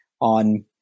on